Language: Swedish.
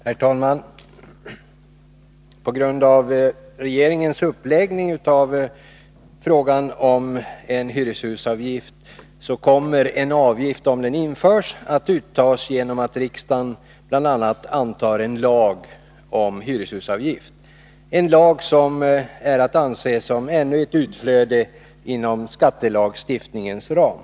Herr talman! På grund av regeringens uppläggning av detta ärende kommer en avgift — om den införs — att uttas genom att riksdagen bl.a. antar en lag om hyreshusavgift, en lag som är att anse som ännu ett utflöde av frågor som ligger inom skattelagstiftningens ram.